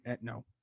no